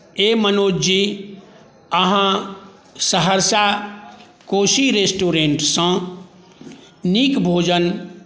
अए मनोजजी अहाँ सहरसा कोशी रेस्टुरेन्टसँ नीक भोजन